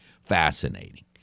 fascinating